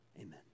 Amen